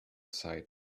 sight